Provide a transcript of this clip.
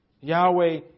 Yahweh